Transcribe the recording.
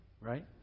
right